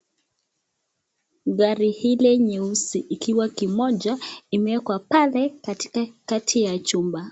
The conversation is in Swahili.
Gari hile nyeusi ikiwa kimoja imewekwa pale katika kati juu ya chumba.